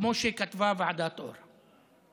כמו שכתבה ועדת אור.